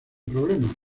problemas